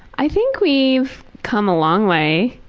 i think we've come a long way.